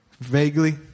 Vaguely